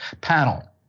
panel